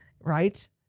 Right